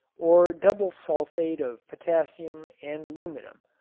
or double sulfate of potassium and aluminum,